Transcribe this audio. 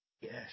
Yes